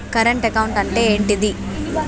Current account అంటే ఏంటిది?